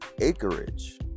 acreage